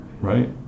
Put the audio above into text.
right